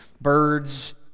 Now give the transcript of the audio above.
birds